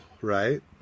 right